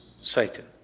satan